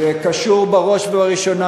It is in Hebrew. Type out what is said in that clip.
זה קשור בראש ובראשונה,